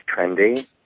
trendy